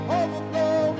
overflow